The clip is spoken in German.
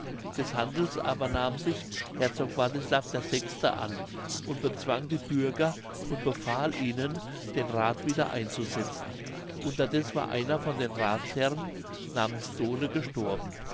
des handels aber nahm sich herzog wartislav vi an und bezwang die bürger und befahl ihnen den rath wieder einzusetzen unterdeß war einer von den rathsherren namens done gestorben